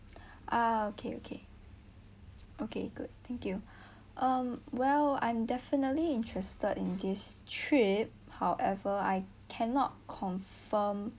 ah okay okay okay good thank you um well I'm definitely interested in this trip however I cannot confirm